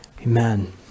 Amen